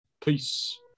Peace